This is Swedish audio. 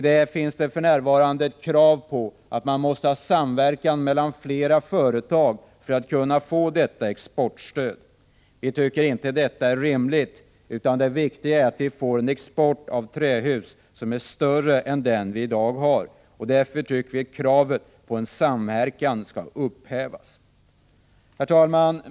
Här finns för närvarande ett krav på att man måste ha en samverkan mellan flera företag för att kunna få detta exportstöd. Vi tycker inte att detta är rimligt, utan det viktiga är att vi får en export av trähus som är större än den vi har i dag. Därför tycker vi att kravet på samverkan skall upphävas. Herr talman!